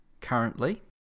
currently